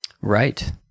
Right